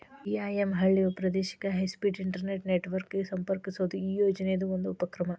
DIM ಹಳ್ಳಿ ಪ್ರದೇಶಕ್ಕೆ high speed internet network ಗ ಸಂಪರ್ಕಿಸೋದು ಈ ಯೋಜನಿದ್ ಒಂದು ಉಪಕ್ರಮ